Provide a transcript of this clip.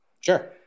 Sure